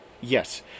yes